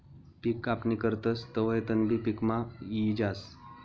पिक कापणी करतस तवंय तणबी पिकमा यी जास